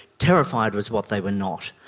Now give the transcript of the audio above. terrified was what they were not.